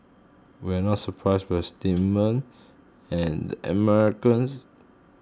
we are not surprised by statement and Americans